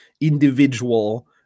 individual